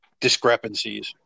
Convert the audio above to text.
discrepancies